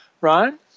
Ryan